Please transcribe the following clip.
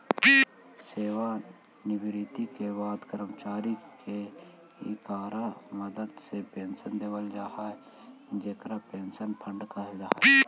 सेवानिवृत्ति के बाद कर्मचारि के इकरा मदद से पेंशन देल जा हई जेकरा पेंशन फंड कहल जा हई